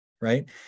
right